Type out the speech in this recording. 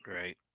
Right